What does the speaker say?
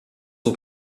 son